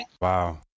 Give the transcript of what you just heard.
Wow